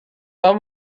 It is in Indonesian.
tom